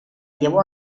llevó